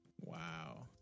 Wow